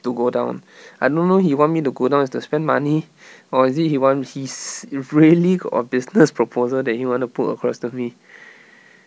to go down I don't know he want me to go down is to spend money or is it he want his if really got business proposal that he want to put across to me